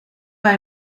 bij